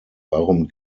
warum